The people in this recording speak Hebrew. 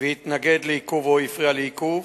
והתנגד לעיכוב או הפריע לעיכוב,